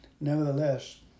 Nevertheless